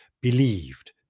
believed